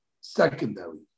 secondary